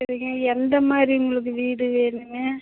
சரிங்க எந்த மாதிரி உங்களுக்கு வீடு வேணுங்க